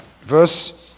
verse